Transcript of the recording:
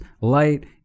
light